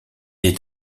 est